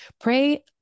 Pray